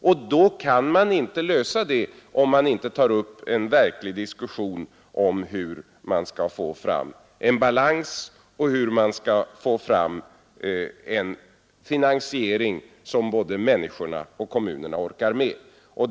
Och det problemet kan inte lösas utan att man tar upp en verklig diskussion om hur man skall åstadkomma en balans och en finansiering som både människorna och kommunerna orkar med.